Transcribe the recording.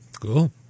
Cool